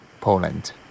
Poland